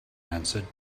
answered